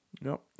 No